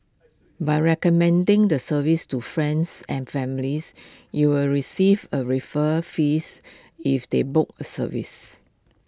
by recommending the service to friends and families you will receive A referral fees if they book A service